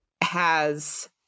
has-